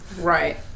Right